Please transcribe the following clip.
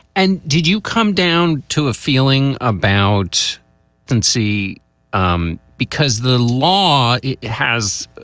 and did you come down to a feeling about fancy? um because the law has,